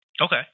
Okay